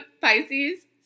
Pisces